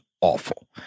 awful